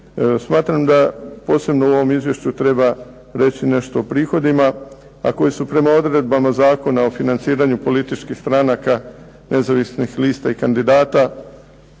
Smatram da posebno u ovom izvješću treba reći nešto o prihodima, a koji su prema odredbama Zakona o financiranju političkih stranaka, nezavisnih lista i kandidata